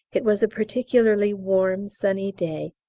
it was a particularly warm sunny day,